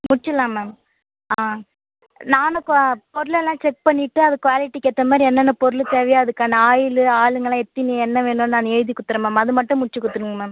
முடிச்சிடலாம் மேம் ஆ நானும் இப்போ பொருளெல்லாம் செக் பண்ணிட்டு அது குவாலிட்டிக்கேற்ற மாதிரி என்னென்ன பொருள் தேவையோ அதுக்கான ஆயிலு ஆளுங்களெலாம் எத்தனை என்ன வேணும்னு நானும் எழுதி கொடுத்துர்றேன் மேம் அது மட்டும் முடித்து கொடுத்துருங்க மேம்